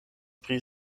pri